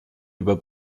über